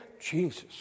Jesus